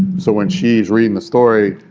so when she's reading the story,